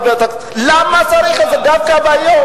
למה צריך את זה דווקא היום?